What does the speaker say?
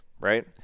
Right